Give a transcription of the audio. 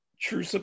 True